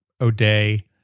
O'Day